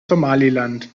somaliland